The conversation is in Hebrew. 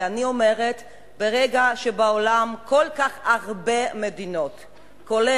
ואני אומרת: ברגע שכל כך הרבה מדינות בעולם,